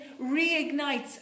reignites